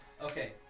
Okay